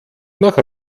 nach